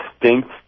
distinct